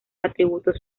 atributos